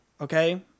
Okay